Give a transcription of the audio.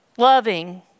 loving